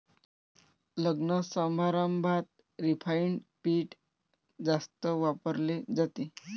लग्नसमारंभात रिफाइंड पीठ जास्त वापरले जाते